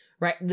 Right